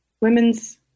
women's